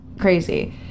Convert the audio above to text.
crazy